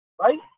right